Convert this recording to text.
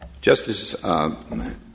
JUSTICE